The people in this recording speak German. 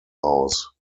aus